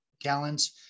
gallons